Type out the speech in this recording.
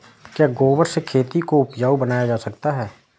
क्या गोबर से खेती को उपजाउ बनाया जा सकता है?